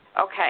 Okay